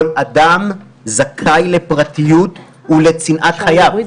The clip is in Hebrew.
כל אדם זכאי לפרטיות ולצנעת חייו.